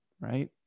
right